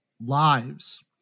lives